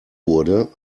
wurde